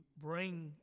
bring